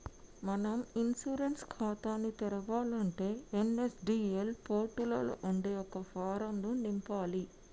మనం ఇన్సూరెన్స్ ఖాతాని తెరవాలంటే ఎన్.ఎస్.డి.ఎల్ పోర్టులలో ఉండే ఒక ఫారం ను నింపాలి